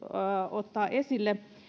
ottaa esille